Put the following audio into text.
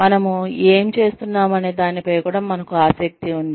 మనము ఏమి చేస్తున్నామనే దానిపై కూడా మనకు ఆసక్తి ఉంది